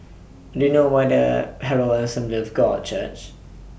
Do YOU know What The Herald Assembly of God Church